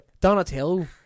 Donatello